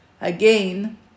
again